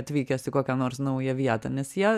atvykęs į kokią nors naują vietą nes jie